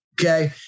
Okay